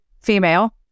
female